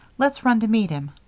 let's run to meet him.